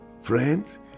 Friends